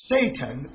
Satan